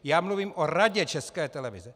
Já mluvím o Radě České televize.